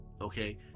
okay